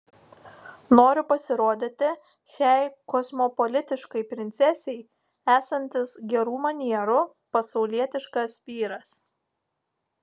noriu pasirodyti šiai kosmopolitiškai princesei esantis gerų manierų pasaulietiškas vyras